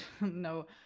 no